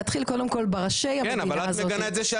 יתחיל קודם כל בראשי המדינה הזאתי.